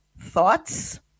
thoughts